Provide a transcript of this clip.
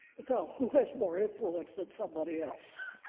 it's all who has more influence than somebody else.